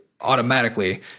automatically